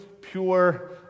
pure